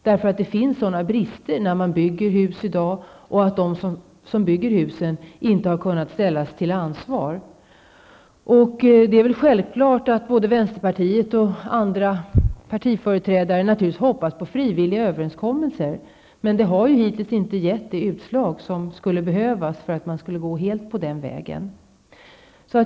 Det finns stora brister när det byggs hus i dag, och de som bygger har inte kunnat ställas till ansvar. Det är självklart att både vi i vänsterpartiet och andra partiföreträdare hoppas på frivilliga överenskommelser, men det har hittills inte gett det utslag som skulle behövas för att man skall kunna gå den vägen.